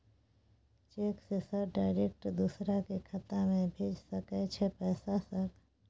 Cheque से sir direct दूसरा के खाता में भेज सके छै पैसा सर?